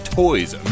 toys